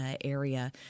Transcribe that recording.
area